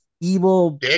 evil